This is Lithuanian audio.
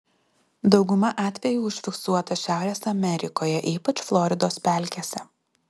dauguma atvejų užfiksuota šiaurės amerikoje ypač floridos pelkėse